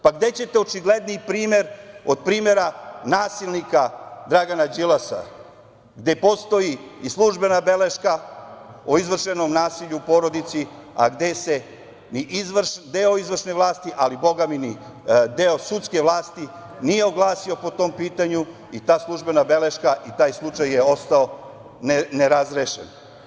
Pa, gde ćete očigledniji primer od primera nasilnika Dragana Đilasa, gde postoji i službena beleška o izvršenom nasilju u porodici, a gde se deo izvršne vlasti, ali bogami ni deo sudske vlasti nije oglasio po tom pitanju i ta službena beleška i taj slučaj je ostao nerazrešen?